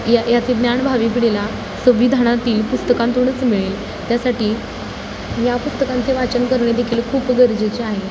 या याचे ज्ञान भावी पिढीला संविधानातील पुस्तकातूनच मिळेल त्यासाठी या पुस्तकांचे वाचन करणे देखील खूप गरजेचे आहे